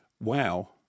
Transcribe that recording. Wow